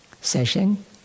session